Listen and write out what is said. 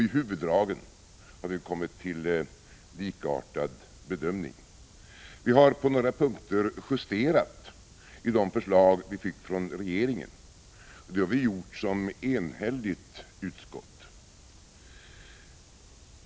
I huvuddragen har vi kommit till likartad bedömning. På några punkter har vi justerat i de förslag som vi fått från regeringen, och det har vi gjort som enhälligt utskott.